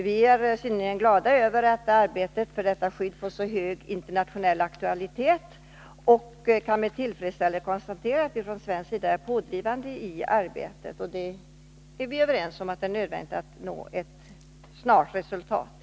Vi är synnerligen glada över att arbetet för detta skydd fått så hög internationell aktualitet och kan med tillfredsställelse konstatera att vi från svensk sida är pådrivande i arbetet. Vi är överens om att det är nödvändigt att Nr 133 nå ett snart resultat.